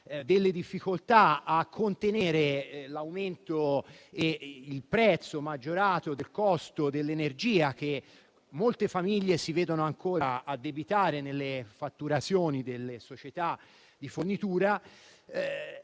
avere difficoltà a sostenere l'aumento del costo dell'energia che molte famiglie si vedono ancora addebitare nelle fatturazioni dalle società di fornitura.